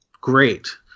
great